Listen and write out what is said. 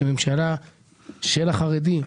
כממשלה של החרדים,